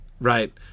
right